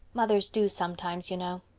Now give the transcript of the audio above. mothers do sometimes, you know.